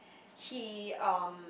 he um